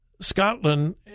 Scotland